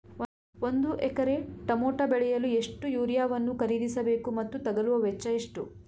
ಒಂದು acre tomato ಬೆಳೆಯಲು ಎಷ್ಟು ಯೂರಿಯಾವನ್ನು ಖರೀದಿಸ ಬೇಕು ಮತ್ತು ತಗಲುವ ವೆಚ್ಚ ಎಷ್ಟು?